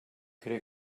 could